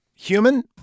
Human